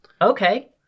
Okay